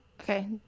Okay